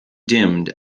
dimmed